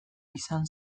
izan